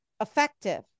effective